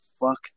Fuck